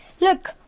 look